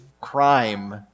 crime